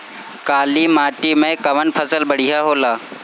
काली माटी मै कवन फसल बढ़िया होला?